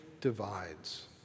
divides